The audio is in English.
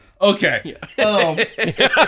Okay